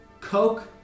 Coke